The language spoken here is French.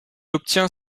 obtient